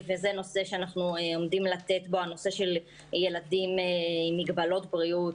הנושא של ילדים עם מגבלות בריאות,